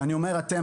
כשאני אומר "אתם",